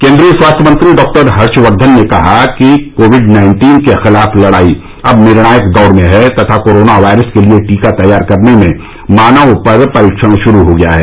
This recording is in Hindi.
केन्द्रीय स्वास्थ्य मंत्री डॉक्टर हर्षवर्धन ने कहा कि कोविड नाइन्टीन के खिलाफ लड़ाई अब निर्णायक दौर में है तथा कोरोना वायरस के लिए टीका तैयार करने में मानव पर परीक्षण शुरू हो गया है